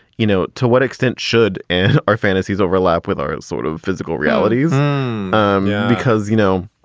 you know, to what extent should and our fantasies overlap with our sort of physical realities um yeah because, you know,